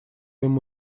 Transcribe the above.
ему